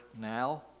now